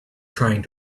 trying